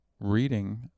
reading